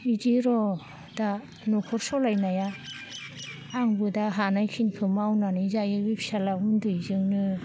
इदिर' दा न'खर सालायनाया आंबो दा हानायखिनिखौ मावनानै जायो बे फिसाज्ला उन्दैजोंनो